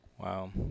Wow